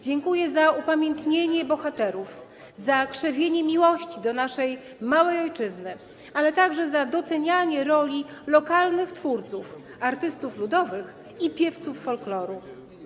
Dziękuję za upamiętnienie bohaterów, za krzewienie miłości do naszej małej ojczyzny, ale także za docenianie roli lokalnych twórców, artystów ludowych i piewców folkloru.